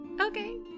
Okay